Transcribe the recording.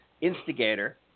instigator